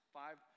five